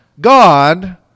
God